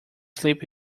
slip